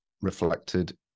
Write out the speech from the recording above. reflected